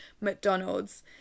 McDonald's